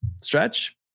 stretch